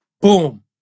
boom